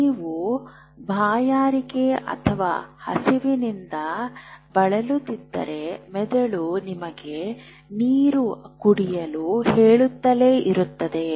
ನೀವು ಬಾಯಾರಿಕೆ ಅಥವಾ ಹಸಿವಿನಿಂದ ಬಳಲುತ್ತಿದ್ದರೆ ಮೆದುಳು ನಿಮಗೆ ನೀರು ಕುಡಿಯಲು ಹೇಳುತ್ತಲೇ ಇರುತ್ತದೆ